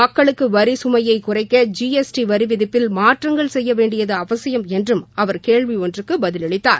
மக்களுக்கு வரி சுமையை குறைக்க ஜி எஸ டி வரிவிதிப்பில் மாற்றங்கள் செய்யவேண்டியது அவசியம் என்றும் அவர் கேள்வி ஒன்றுக்கு பதிலளித்தார்